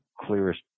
clearest